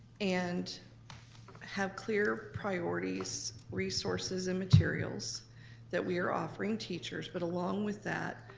and have clear priorities, resources, and materials that we are offering teachers. but along with that,